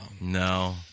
No